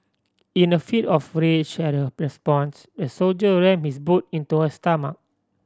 in a fit of rage at her response the soldier ram his boot into her stomach